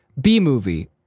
B-movie